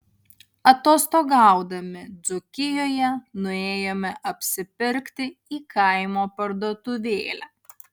atostogaudami dzūkijoje nuėjome apsipirkti į kaimo parduotuvėlę